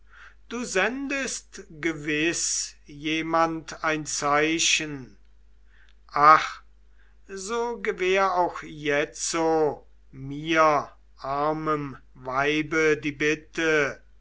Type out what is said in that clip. du sendest gewiß jemandem ein zeichen ach so gewähr auch jetzo mir armem weibe die bitte